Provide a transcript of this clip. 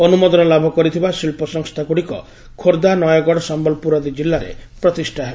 ଅନୁମୋଦନ ଲାଭ କରିଥିବା ଶିଳ୍ଚସଂସ୍ଥା ଗୁଡ଼ିକ ଖୋର୍ଦ୍ଧା ନୟାଗଡ଼ ସମ୍ୟଲପୁର ଆଦି ଜିଲ୍ଲାରେ ପ୍ରତିଷ୍ଠା ହେବ